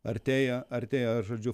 artėja artėja žodžiu